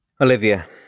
Olivia